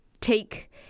take